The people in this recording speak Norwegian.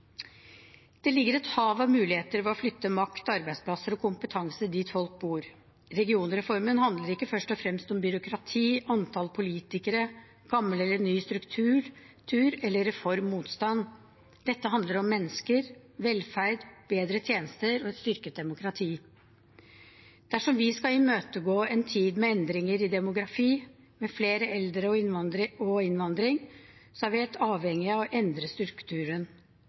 Det ligger et hav av muligheter i å flytte makt, arbeidsplasser og kompetanse dit folk bor. Regionreformen handler ikke først og fremst om byråkrati, antall politikere, gammel eller ny struktur eller reformmotstand. Dette handler om mennesker, velferd, bedre tjenester og et styrket demokrati. Dersom vi skal imøtegå en tid med endringer i demografi, med flere eldre og innvandring, er vi helt avhengig av å endre strukturen.